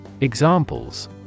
Examples